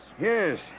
Yes